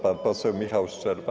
Pan poseł Michał Szczerba.